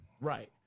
Right